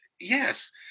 yes